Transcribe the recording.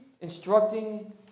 instructing